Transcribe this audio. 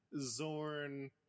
Zorn